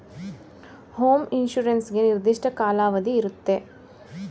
home insurance ಗೆ ನಿರ್ದಿಷ್ಟ ಕಾಲಾವಧಿ ಇರುತ್ತೆ